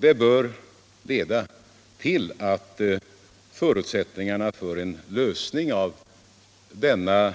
Det bör också leda till att förutsättningarna för en lösning av denna